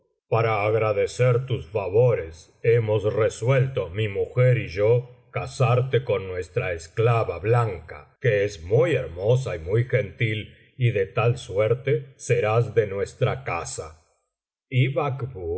para agradecer tus favores hemos resuelto mi mujer y yo casarte con nuestra esclava blanca que es muy hermosa y muy gentil y de tal suerte serás de nuestra casa y